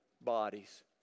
bodies